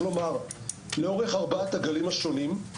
לאורך ארבעת הגלים השונים,